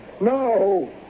no